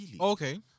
okay